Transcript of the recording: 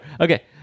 okay